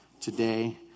today